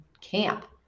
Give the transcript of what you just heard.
camp